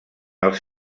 els